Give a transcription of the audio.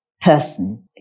person